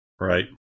Right